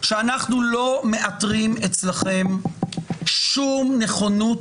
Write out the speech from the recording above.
שאנחנו לא מאתרים אצלכם שום נכונות